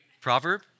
proverb